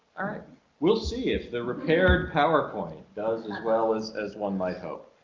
alright we'll see if the repaired powerpoint does and as well as as one might hope,